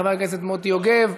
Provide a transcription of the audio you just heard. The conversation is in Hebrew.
חבר הכנסת מוטי יוגב,